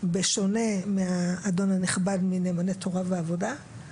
בשונה מהאדון הנכבד מנאמני תורה ועבודה,